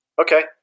Okay